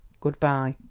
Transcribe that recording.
good-by.